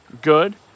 Good